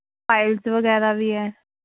files ਵਗੈਰਾ ਵੀ ਹੈ